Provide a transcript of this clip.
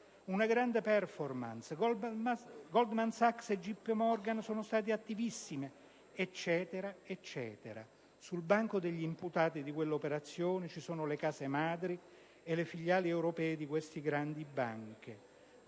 una grande *performance*. Le società Goldman Sachs e Jp Morgan sono state attivissime. E così via. Sul banco degli imputati di quell'operazione ci sono le case madri e le filiali europee di queste grandi banche.